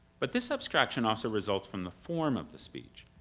but this abstraction also results from the form of the speech.